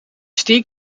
steak